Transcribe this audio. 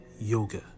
yoga